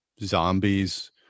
zombies